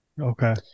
Okay